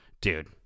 dude